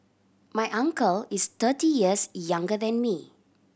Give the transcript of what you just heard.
my uncle is thirty years younger than me